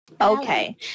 okay